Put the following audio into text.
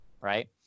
right